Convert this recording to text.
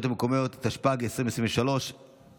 אנחנו